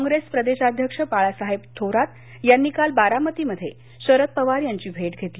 काँप्रेस प्रदेशाध्यक्ष बाळासाहेब थोरात यांनी काल बारामतीमध्ये शरद पवार यांची भेट घेतली